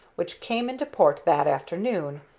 which came into port that afternoon,